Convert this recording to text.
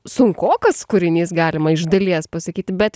sunkokas kūrinys galima iš dalies pasakyti bet